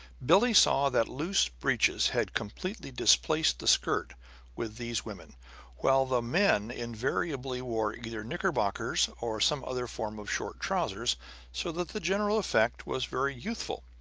billie saw that loose breeches had completely displaced the skirt with these women while the men invariably wore either knickerbockers or some other form of short trousers so that the general effect was very youthful.